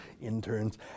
Interns